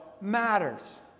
matters